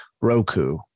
roku